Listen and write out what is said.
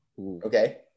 Okay